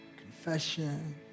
confession